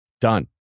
Done